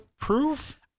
proof